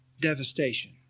devastation